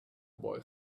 boy